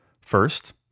First